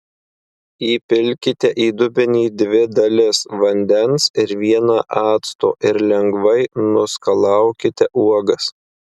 įpilkite į dubenį dvi dalis vandens ir vieną acto ir lengvai nuskalaukite uogas